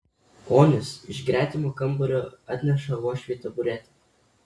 onis iš gretimo kambario atneša uošvei taburetę